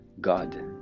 God